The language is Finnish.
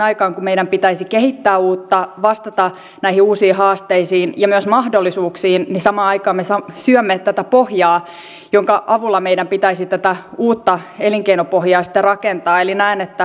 raha automaattiyhdistyksen kautta tukea saadaan jos on joku projekti ja sille projektille joku syy sitten voi hakea toiminta avustusta tai projektirahaa mutta itse tähän auttamiseen yhdistys ei anna rahaa